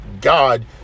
God